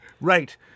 Right